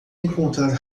encontrar